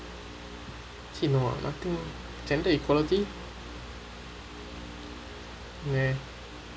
actually no ah gender equality ya